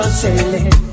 sailing